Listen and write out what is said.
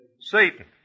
Satan